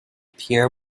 pierre